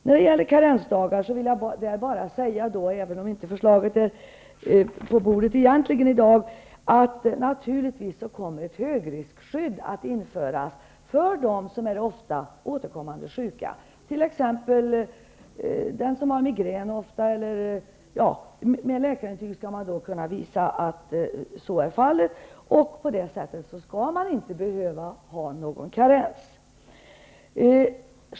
När det gäller karensdagar vill jag säga, även om förslaget egentligen inte ligger på bordet i dag, att det naturligtvis kommer att införas ett högriskskydd för dem som är ofta och återkommande sjuka, t.ex. den som har migrän ofta. Med läkarintyg skall man då kunna visa att så är fallet, och på det sättet skall man inte behöva få någon karens.